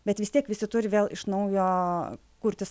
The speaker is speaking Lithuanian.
bet vis tiek visi turi vėl iš naujo kurtis